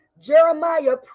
Jeremiah